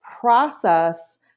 process